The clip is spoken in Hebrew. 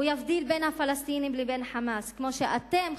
הוא יבדיל בין הפלסטינים לבין "חמאס" כמו שאתם,